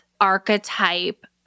archetype